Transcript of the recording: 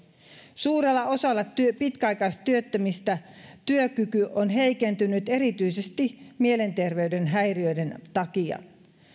suurella osalla pitkäaikaistyöttömistä työkyky on heikentynyt erityisesti mielenterveyden häiriöiden takia